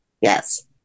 Yes